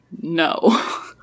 no